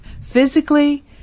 physically